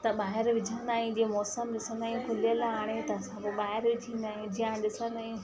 त ॿाहिरि विझंदा आहियूं जीअं मौसमु ॾिसंदा आहियूं खुलयलु आहे हाणे त असां पोइ ॿाहिरि विझी ईंदा आहियूं जीअं हाणे ॾिसंदा आहियूं